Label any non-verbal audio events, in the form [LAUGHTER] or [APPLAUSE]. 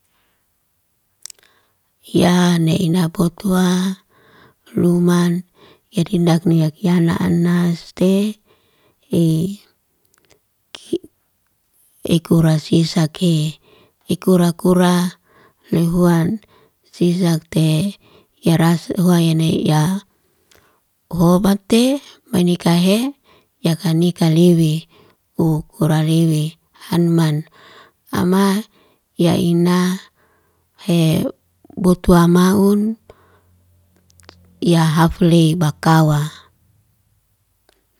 Yaa neinaa botuwaa, luman yadindakni yakiyana anna s'tee, ki ekura sisake. Eekura kuraa lihuan siisatee, yaa ras huwayene yaa, hobatee manikahe, ya kanika liwii u kura liwi hanman. Ama yaa inaa hye, botuwaa maun, yaa haflei bakawa. [NOISE]